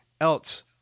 else